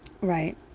right